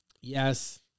Yes